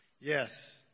Yes